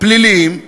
פליליים,